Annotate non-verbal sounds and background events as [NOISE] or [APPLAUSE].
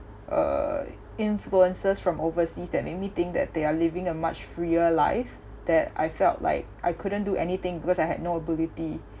uh influences from overseas that make me think that they are living a much freer life that I felt like I couldn't do anything because I had no ability [BREATH]